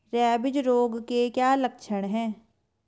Rabies रोग के क्या लक्षण है?